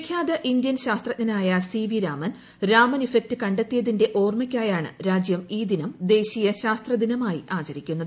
വിഖ്യാത ഇന്ത്യൻ ശാസ്ത്രജ്ഞനായ C V Raman Raman effect കണ്ടെത്തിയതിന്റെ ഓർമ്മയ്ക്കായാണ് രാജ്യം ഈ ദിനം ദേശീയ ശാസ്ത്ര ദിനമായി ആചരിക്കുന്നത്